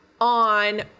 on